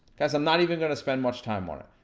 cause i'm not even gonna spend much time one it,